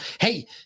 Hey